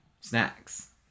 snacks